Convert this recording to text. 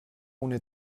ohne